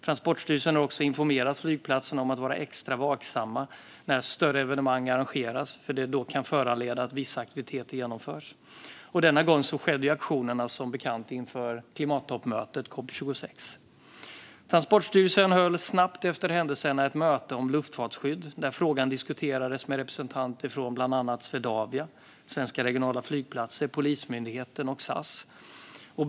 Transportstyrelsen har också informerat flygplatserna om att vara extra vaksamma när större evenemang arrangeras, då det kan föranleda att vissa aktiviteter genomförs. Denna gång skedde aktionerna som bekant inför klimattoppmötet COP 26. Transportstyrelsen höll snabbt efter händelserna ett möte om luftfartsskydd där frågan diskuterades med representanter bland annat från Swedavia AB, Svenska Regionala Flygplatser, Polismyndigheten och SAS AB.